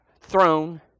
throne